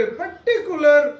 particular